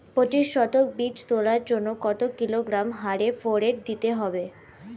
পঁচিশ শতক বীজ তলার জন্য কত কিলোগ্রাম হারে ফোরেট দিতে হবে?